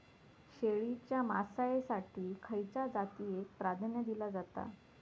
शेळीच्या मांसाएसाठी खयच्या जातीएक प्राधान्य दिला जाता?